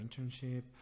internship